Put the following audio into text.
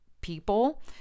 people